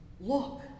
look